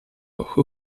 who